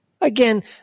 Again